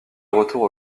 retour